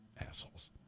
Assholes